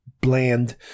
bland